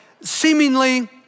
seemingly